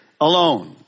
alone